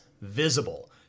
visible